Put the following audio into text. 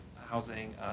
housing